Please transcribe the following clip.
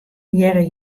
hearre